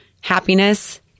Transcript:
happiness